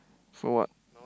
so what